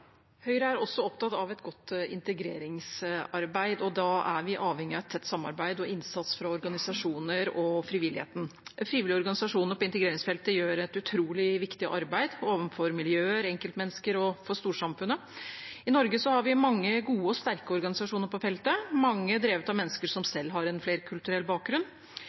også opptatt av et godt integreringsarbeid, og da er vi avhengig av et tett samarbeid med og innsats fra organisasjoner og frivilligheten. Frivillige organisasjoner på integreringsfeltet gjør et utrolig viktig arbeid overfor miljøer, enkeltmennesker og for storsamfunnet. I Norge har vi mange gode og sterke organisasjoner på feltet, mange drevet av mennesker som selv har en flerkulturell bakgrunn.